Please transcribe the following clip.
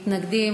מתנגדים,